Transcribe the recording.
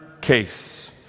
case